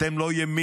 אתם לא ימין.